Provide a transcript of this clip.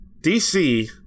DC